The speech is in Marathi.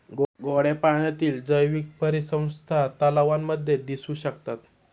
गोड्या पाण्यातील जैवीक परिसंस्था तलावांमध्ये दिसू शकतात